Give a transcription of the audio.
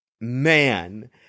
Man